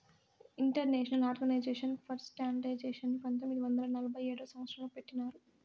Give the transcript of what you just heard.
international Organization for స్టాండర్డయిజేషన్ని పంతొమ్మిది వందల నలభై ఏడవ సంవచ్చరం లో పెట్టినారు